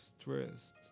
stressed